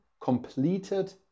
completed